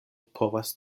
povas